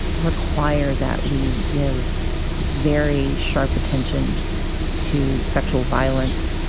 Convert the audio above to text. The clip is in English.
require that we give very sharp attention to sexual violence,